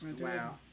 Wow